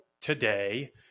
today